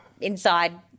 inside